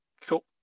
Cool